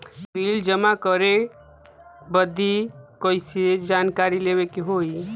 Bill जमा करे बदी कैसे जानकारी लेवे के होई?